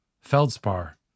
Feldspar